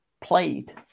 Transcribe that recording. played